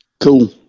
Cool